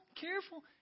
careful